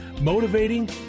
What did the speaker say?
motivating